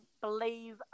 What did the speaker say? believe